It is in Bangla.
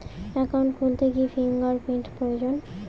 একাউন্ট খুলতে কি ফিঙ্গার প্রিন্ট প্রয়োজন?